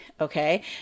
okay